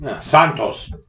Santos